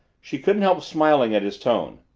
she couldn't help smiling at his tone.